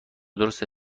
درسته